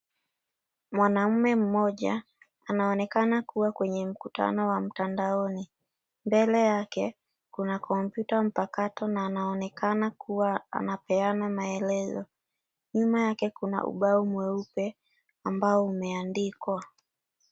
Mwanaume mmoja anaonekana kuwa kwenye mkutano wa mtandaoni. Mbele yake kuna kompyuta mpakato na anaonekana kuwa anapeana maelezo. Nyuma yake kuna ubao mweupe ambao umeandikwa.